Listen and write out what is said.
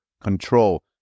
control